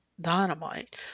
Dynamite